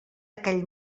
aquell